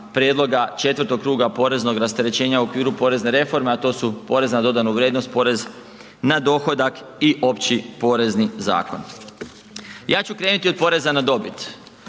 4. kruga poreznog rasterećenja u okviru porezne reforme a to su PDV i porez na dohodak i Opći porezni zakon. Ja ću krenuti od poreza na dobit.